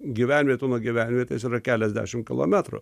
gyvenvietė nuo gyvenvietės yra keliasdešim kilometrų